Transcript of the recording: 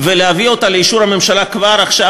ולהביא אותה לאישור הממשלה כבר עכשיו,